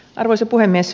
arvoisa puhemies